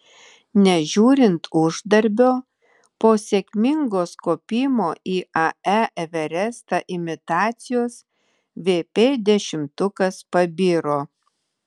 nežiūrint uždarbio po sėkmingos kopimo į ae everestą imitacijos vp dešimtukas pabiro